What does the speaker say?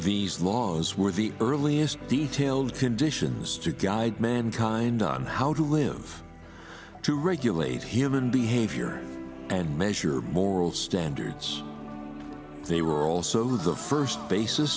these laws were the earliest detailed conditions to guide mankind on how to live to regulate human behavior and measure borel standards they were also the first bas